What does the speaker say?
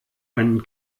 einen